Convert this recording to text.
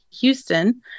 Houston